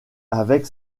avec